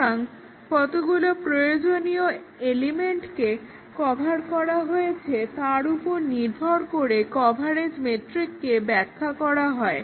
সুতরাং কতগুলো প্রয়োজনীয় এলিমেন্টকে কভার করা হয়েছে তার উপর নির্ভর করে কভারেজ মেট্রিককে ব্যাখ্যা করা হয়